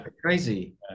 crazy